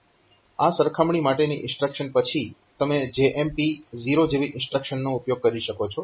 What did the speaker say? આ સરખામણી માટેની ઇન્સ્ટ્રક્શન પછી તમે JMP 0 જેવી ઇન્સ્ટ્રક્શન્સનો ઉપયોગ કરી શકો છો